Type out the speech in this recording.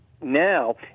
Now